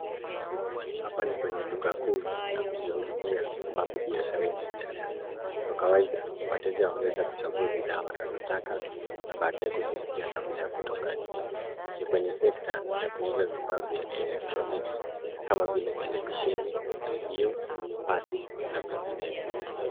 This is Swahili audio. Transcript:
Hapa ni kwenye duka kuu la kujihudumia ambapo biashara inaendelea. Kwa kawaida, wateja huweza kuchagua bidhaa wanazotaka na baadaye kuzilipia kabla ya kutoka nje. Ni kwenye sekta ya kuuza vifaa vya elektroniki kama vile televisheni, redio, pasi na vinginevyo.